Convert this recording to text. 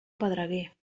pedreguer